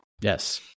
Yes